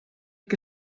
que